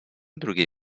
drugiej